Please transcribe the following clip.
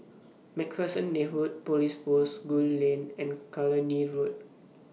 MacPherson Neighbourhood Police Post Gul Lane and Cluny Road